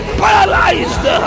paralyzed